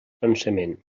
pensament